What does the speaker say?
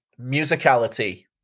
musicality